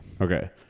Okay